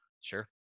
Sure